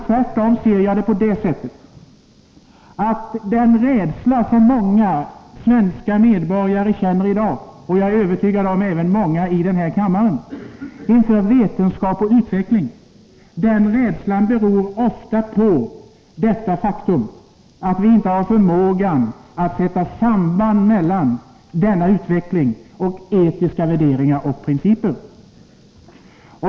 Tvärtom menar jag att den rädsla som många svenska medborgare i dag känner inför vetenskap och utveckling — och jag är övertygad om att detta även gäller många i denna kammare — ofta beror på det faktum att vi inte har förmågan att sätta samband mellan denna utveckling och etiska värderingar och principer.